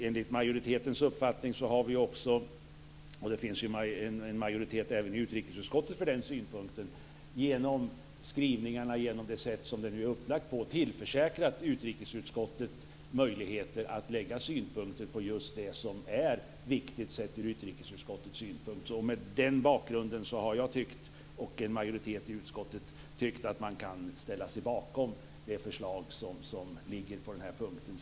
Enligt majoritetens uppfattning har vi också, och det finns en majoritet även i utrikesutskottet för den synpunkten, genom skrivningarna och det sätt på vilket detta nu är upplagt tillförsäkrat utrikesutskottet möjligheter att lägga synpunkter på just det som är viktigt sett från utrikesutskottets synpunkt. Mot den bakgrunden har jag och en majoritet i utskottet tyckt att man kan ställa sig bakom det förslag som föreligger på den här punkten.